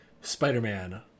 Spider-Man